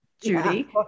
Judy